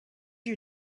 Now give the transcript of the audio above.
you